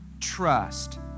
trust